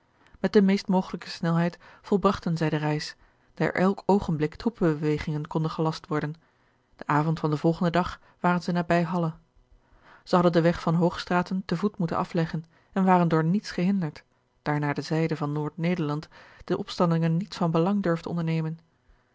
met de meest mogelijke snelheid volbragten zij de reis daar elk oogenblik troepenbewegingen konden gelast worden den avond van den volgenden dag waren zij nabij halle zij hadden den weg van hoogstraten te voet moeten afleggen en waren door niets gehinderd daar naar de zijde van noord-nederland de opstandelingen niets van belang durfden ondernemen